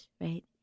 Right